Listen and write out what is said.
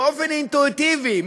באופן אינטואיטיבי,